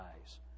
eyes